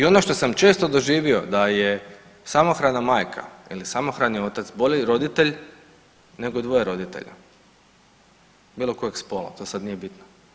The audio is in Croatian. I ono što sam često doživo da je samohrana majka ili samohrani otac bolji roditelj nego dvoje roditelja bilo kojeg spola to sad nije bitno.